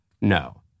No